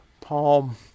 Palm